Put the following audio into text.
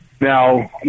Now